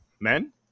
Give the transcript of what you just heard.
men